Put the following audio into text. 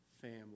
family